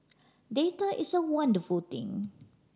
data is a wonderful thing